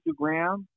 Instagram